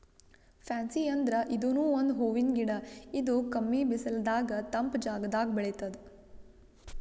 fancy ಅಂದ್ರ ಇದೂನು ಒಂದ್ ಹೂವಿನ್ ಗಿಡ ಇದು ಕಮ್ಮಿ ಬಿಸಲದಾಗ್ ತಂಪ್ ಜಾಗದಾಗ್ ಬೆಳಿತದ್